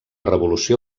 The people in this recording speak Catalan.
revolució